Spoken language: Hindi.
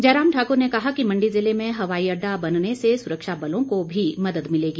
जयराम ठाकुर ने कहा कि मंडी ज़िले में हवाई अड्डा बनने से सुरक्षा बलों को भी सहायता मिलेगी